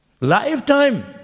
Lifetime